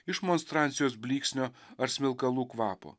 iš monstrancijos blyksnio ar smilkalų kvapo